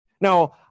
Now